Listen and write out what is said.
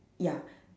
ya